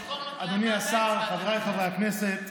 אדוני השר, חבריי חברי הכנסת,